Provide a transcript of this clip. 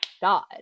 God